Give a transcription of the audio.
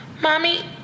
Mommy